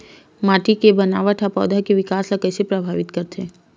माटी के बनावट हा पौधा के विकास ला कइसे प्रभावित करथे?